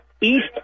East